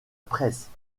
presse